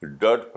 dirt